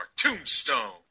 tombstone